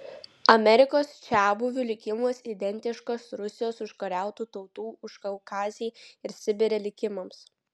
amerikos čiabuvių likimas identiškas rusijos užkariautų tautų užkaukazėj ir sibire likimams